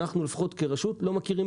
אנחנו לפחות כרשות לא מכירים